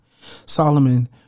Solomon